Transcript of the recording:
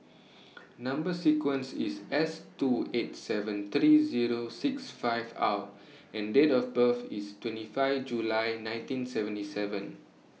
Number sequence IS S two eight seven three Zero six five R and Date of birth IS twenty five July nineteen seventy seven